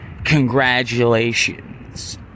congratulations